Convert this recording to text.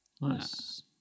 Nice